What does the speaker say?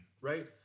right